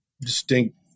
distinct